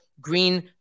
green